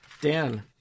Dan